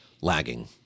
lagging